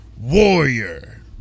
warrior